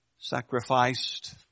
Sacrificed